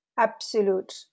absolute